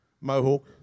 mohawk